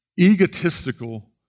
egotistical